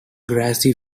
grassy